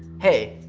hey,